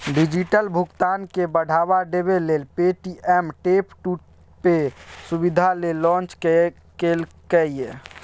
digital भुगतान केँ बढ़ावा देबै लेल पे.टी.एम टैप टू पे सुविधा केँ लॉन्च केलक ये